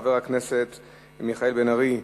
חבר הכנסת מיכאל בן-ארי,